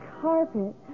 carpet